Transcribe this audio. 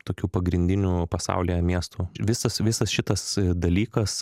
tokių pagrindinių pasaulyje miestų visas visas šitas dalykas